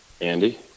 Andy